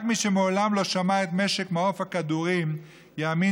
רק מי שמעולם לא שמע את משק מעוף הכדורים יאמין